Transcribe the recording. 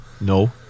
No